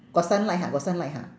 got sunlight ha got sunlight ha